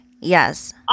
Yes